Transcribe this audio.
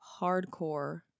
hardcore